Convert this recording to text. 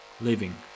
living